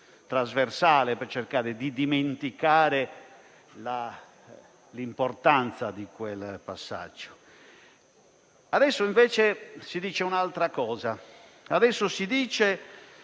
trasversale per cercare di dimenticare l'importanza di quel passaggio. Adesso si dice un'altra cosa, ovvero che